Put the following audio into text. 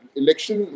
election